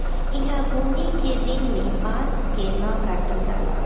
ईहा बुनी के दिन में बांस के न काटल जाला